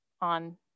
on